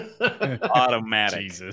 Automatic